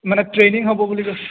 মানে ট্ৰেইনিং হ'ব বুলি কৈছ